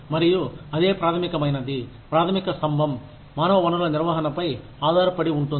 మరియు అదే ప్రాథమికమైనది ప్రాథమిక స్థంభం మానవ వనరుల నిర్వహణపై ఆధారపడి ఉంటుంది